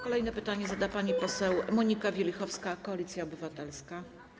Kolejne pytanie zada pani poseł Monika Wielichowska, Koalicja Obywatelska.